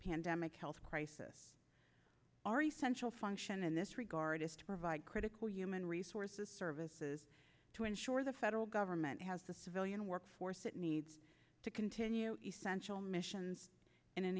pandemic health crisis are essential function in this regard is to provide critical human resources services to ensure the federal government has the civilian workforce it needs to continue essential missions in an